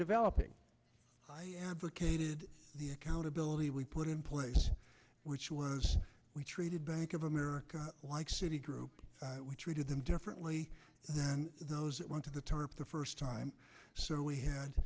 developing i advocated the accountability we put in place which was we treated bank of america like citi group we treated them differently than those that went to the tarp the first time so we had